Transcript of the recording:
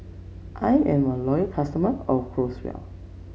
I am a loyal customer of Growell